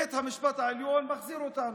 בית המשפט העליון מחזיר אותנו.